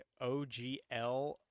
OGL